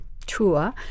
tour